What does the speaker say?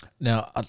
Now